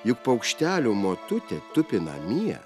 juk paukštelio motutė tupi namie